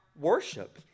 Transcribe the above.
worship